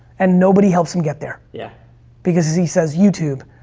and nobody helps him get there. yeah because as he says youtube,